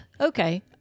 Okay